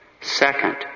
Second